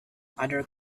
other